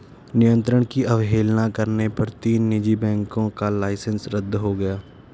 नियंत्रण की अवहेलना करने पर तीन निजी बैंकों का लाइसेंस रद्द हो गया